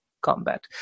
combat